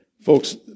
Folks